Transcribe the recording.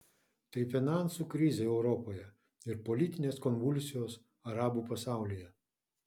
tai finansų krizė europoje ir politinės konvulsijos arabų pasaulyje